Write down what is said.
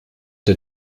der